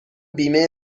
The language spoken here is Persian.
بیمه